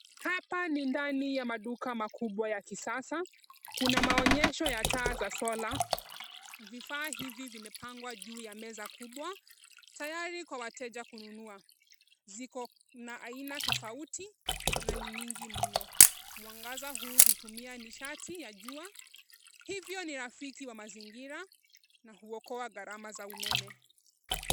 Hapa ni ndani ya maduka makubwa ya kisasa, kuna maonyesho ya taa za sola. vifaa hivi vimepangwa juu ya meza kubwa tayari kwa wateja kununua. Ziko na aina tofauti na ni nyingi mno. Mwangaza huu hutumia nishati ya jua hivyo ni rafiki wa mazingira na huokoa gharama za umeme.